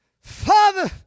Father